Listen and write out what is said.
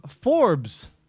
forbes